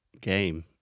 game